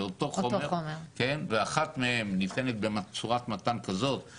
אבל כן - במחלות גדולות זה פחות קל